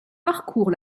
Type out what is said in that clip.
parcourt